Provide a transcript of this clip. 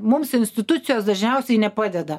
mums institucijos dažniausiai nepadeda